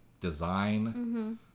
design